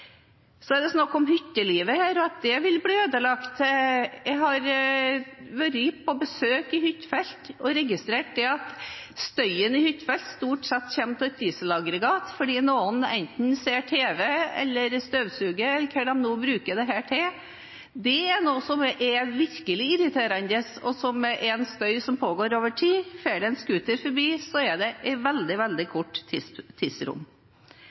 Så er det her snakk om hyttelivet, og at det vil bli ødelagt. Jeg har vært på besøk i hyttefelt og registrert at støyen i hyttefelt stort sett kommer fra et dieselaggregat fordi noen enten ser tv eller støvsuger eller hva de nå bruker dette til. Det er noe som virkelig er irriterende, og som er en støy som pågår over tid. Farer det en scooter forbi, er det i et veldig, veldig kort tidsrom.